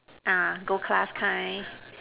ah gold class kind